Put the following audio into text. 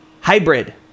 hybrid